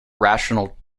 rational